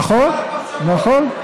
נכון, נכון.